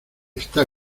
está